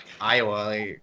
Iowa